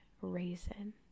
raisin